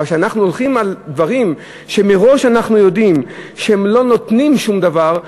אבל כשאנחנו הולכים על דברים שמראש אנחנו יודעים שהם לא נותנים שום דבר,